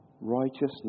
righteousness